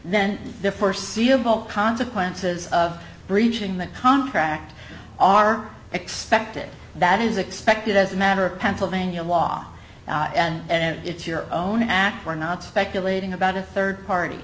then defer seeable consequences of breaching the contract are expected that is expected as a matter of pennsylvania law and it's your own act or not speculating about a third party